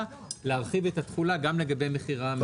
להרחיב את התכולה גם לגבי מכירה מקוונת.